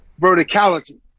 verticality